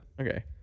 okay